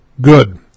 good